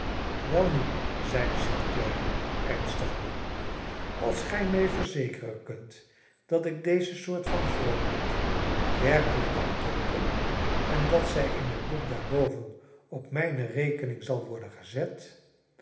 welnu zeide st clare ernstiger als gij mij verzekeren kunt dat ik deze soort van vroomheid werkelijk kan koopen en dat zij in het boek daar boven op mijne rekening zal worden gezet